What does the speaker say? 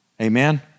Amen